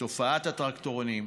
מתופעת הטרקטורונים,